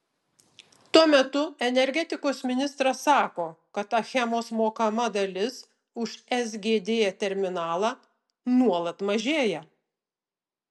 tuo metu energetikos ministras sako kad achemos mokama dalis už sgd terminalą nuolat mažėja